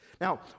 Now